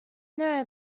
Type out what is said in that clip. know